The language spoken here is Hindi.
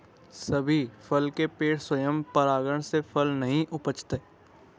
सभी फल के पेड़ स्वयं परागण से फल नहीं उपजाते